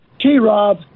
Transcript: T-Rob